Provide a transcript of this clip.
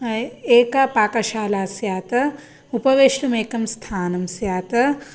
एका पाकाशाला स्यात् उपवेष्टुम् एकं स्थानं स्यात्